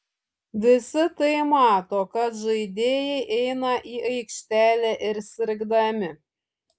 visi tai mato kad žaidėjai eina į aikštelę ir sirgdami